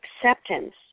acceptance